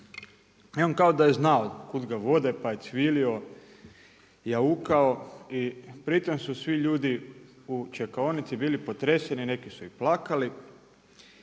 i on kao je znao kud ga vode pa je cvilio, jaukao i pri tom su svi ljudi u čekaonici bili potreseni, neki su i plakali.